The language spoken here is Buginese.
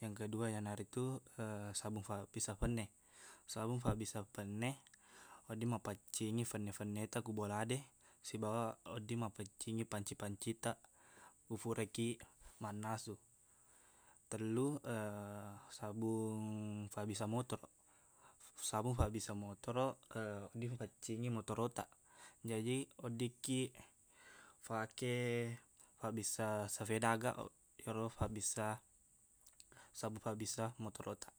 yang kedua iyanaritu sabung fabbissa fenne sabung fa bbissa fenne wedding mappaccingi fenne-fennetaq ku bolade sibawa wedding mapeccingi panci-pancitaq ku furakiq mannasu tellu sabung fabbissa motoroq sabung fabbissa motoroq wedding pepaccingi motoroqtaq jaji weddikkiq fake fabbissa sapeda aga iyero fabbissa- sabung fabbissa motoroqtaq